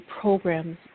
programs